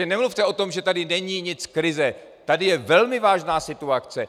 Nemluvte o tom, že tady není nic, krize, tady je velmi vážná situace.